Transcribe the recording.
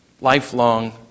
lifelong